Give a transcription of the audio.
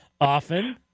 Often